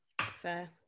Fair